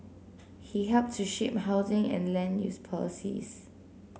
he helped to shape housing and land use policies